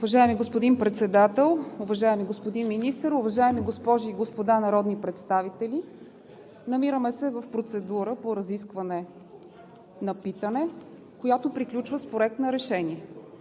Уважаеми господин Председател, уважаеми господин Министър, уважаеми госпожи и господа народни представители! Намираме се в процедура по разискване на питане, която приключва с Проект на решение.